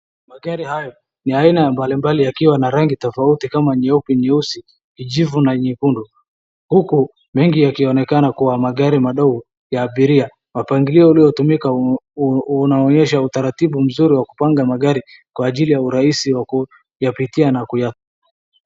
Magari hayo ni ya aina mbalimbali yakiwa na rangi tofauti kama nyeupe, nyeusi, kijivu na nyekundu. Huku mengi yakionekana kuwa magari madogo ya abiria, mpangilio uliotumika unaonyesha utaratibu mzuri wa kupanga magari kwa ajili ya urahisi wa kuyapitia na kuya.